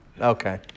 okay